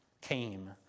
came